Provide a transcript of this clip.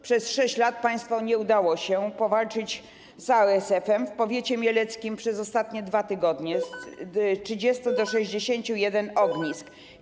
Przez 6 lat państwu nie udało się powalczyć z ASF-em w powiecie mieleckim: przez ostatnie 2 tygodnie z 30 do 61 ognisk.